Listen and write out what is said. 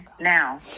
Now